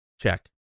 check